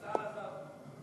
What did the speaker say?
השר עזב.